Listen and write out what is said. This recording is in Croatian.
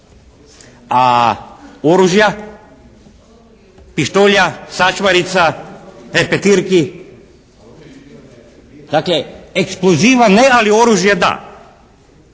A oružja, pištolja, sačmarica, repetirki? Dakle, eksploziva ne, ali oružja da.